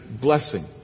blessing